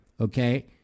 okay